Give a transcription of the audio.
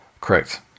correct